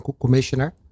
Commissioner